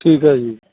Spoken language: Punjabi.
ਠੀਕ ਹੈ ਜੀ